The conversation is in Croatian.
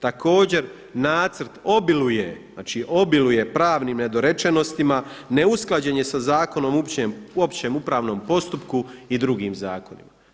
Također nacrt obiluje, znači obiluje pravnim nedorečenosti, neusklađen je sa Zakonom o općem upravnom postupku i drugim zakonima.